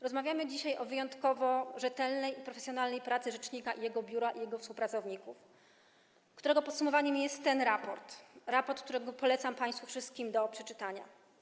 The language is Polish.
Rozmawiamy dzisiaj o wyjątkowo rzetelnej i profesjonalnej pracy rzecznika i jego biura oraz jego współpracowników, której podsumowaniem jest ten raport - raport, który polecam państwu wszystkim do przeczytania.